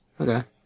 Okay